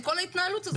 עם כל ההתנהלות הזאת.